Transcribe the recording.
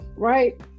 right